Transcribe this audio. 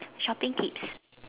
shopping tips